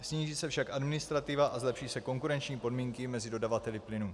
Sníží se však administrativa a zlepší se konkurenční podmínky mezi dodavateli plynu.